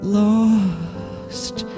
lost